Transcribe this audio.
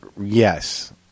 Yes